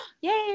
Yay